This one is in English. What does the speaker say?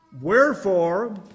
Wherefore